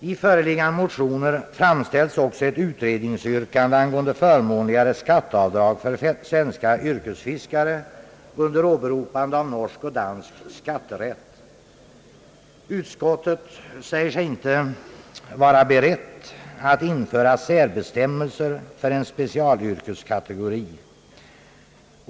I föreliggande motioner framställs också ett utredningsyrkande angående förmånligare skatteavdrag för svenska yrkesfiskare, under åberopande av norsk och danska skatterätt. Utskottet säger sig inte vara berett att tillstyrka särbestämmelser för en specialyrkeskategori.